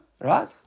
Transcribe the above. right